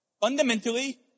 Fundamentally